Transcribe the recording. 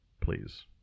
Please